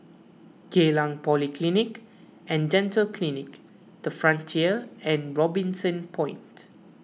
Geylang Polyclinic and Dental Clinic the Frontier and Robinson Point